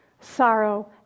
sorrow